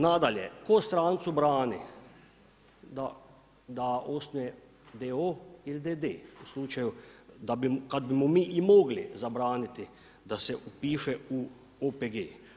Nadalje, tko strancu brani da osnuje d.o.o. ili d.d. u slučaju kada bimo mi i mogli zabraniti da se upiše u OPG.